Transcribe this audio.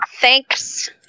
Thanks